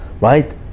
right